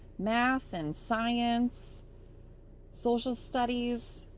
math and science social studies.